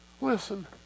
Listen